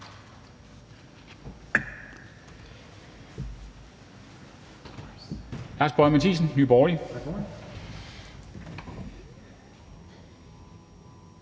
Tak